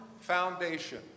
foundation